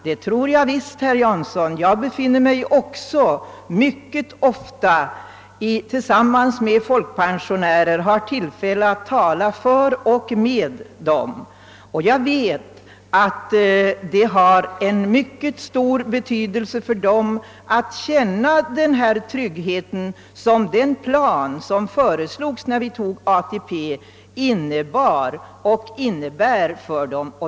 Det tror jag visst, herr Jansson. Jag är också mycket ofta tillsammans med folkpensionärer och har tillfälle att tala för och med dem, och jag vet att det har en mycket stor betydelse för dem att känna den trygghet som den plan för höjning av folkpensionerna, som antogs när vi fattade beslut om ATP, innebar och fortfarande innebär för dem.